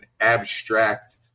abstract